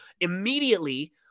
Immediately